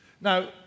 Now